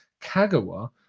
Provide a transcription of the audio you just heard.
Kagawa